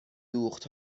دوخت